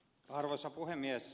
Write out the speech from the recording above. arvoisa puhemies